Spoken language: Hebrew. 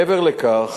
מעבר לכך,